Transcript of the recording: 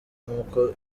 nk’uko